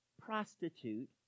prostitute